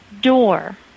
door